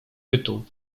bytu